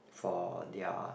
for their